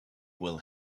will